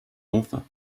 author